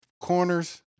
corners